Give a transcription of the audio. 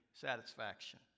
satisfaction